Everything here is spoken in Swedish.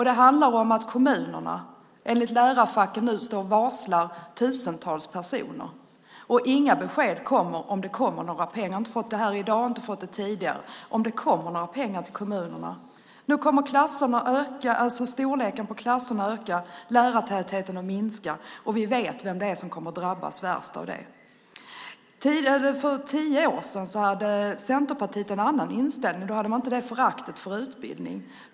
Det handlar om att kommunerna enligt lärarfacken nu varslar tusentals personer, och inga besked kommer om pengar till kommunerna. Jag har inte fått det i dag, och jag har inte fått det tidigare. Storleken på klasserna kommer nu att öka och lärartätheten att minska. Vi vet vilka som kommer att drabbas värst av det. För tio år sedan hade Centerpartiet en annan inställning. Då hade ni inte det föraktet för utbildning.